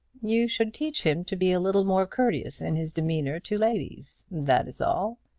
you should teach him to be a little more courteous in his demeanour to ladies that is all.